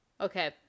Okay